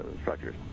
structures